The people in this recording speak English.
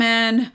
Man